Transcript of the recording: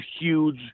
huge